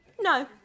No